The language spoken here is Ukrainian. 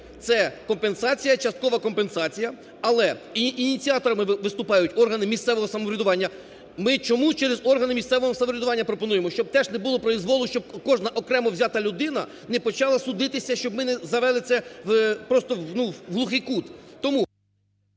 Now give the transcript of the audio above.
це компенсація, часткова компенсація, але ініціаторами виступають органи місцевого самоврядування. Ми чому через органи місцевого самоврядування пропонуємо? Щоб теж не було проізволу, щоб кожна окремо взята людина не почала судитися, щоб ми не завели це просто в глухий кут.